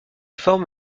forme